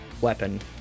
weapon